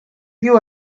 you